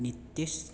Nitish